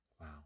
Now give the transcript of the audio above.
wow